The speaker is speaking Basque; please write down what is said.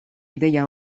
ideia